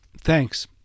Thanks